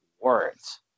words